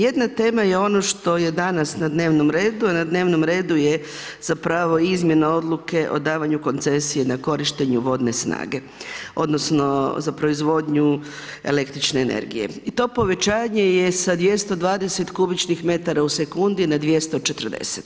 Jedna tema je ono što je danas na dnevnom redu, a na dnevnom redu je izmjena odluke o davanju koncesije na korištenje vodne snage odnosno za proizvodnju električne energije i to povećanje je sa 220 kubičnih metara u sekundi na 240.